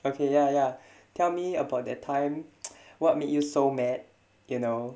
okay ya ya tell me about that time what made you so mad you know